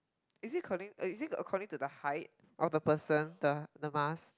is it according uh is it according to the height of the person the the mask